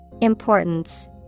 Importance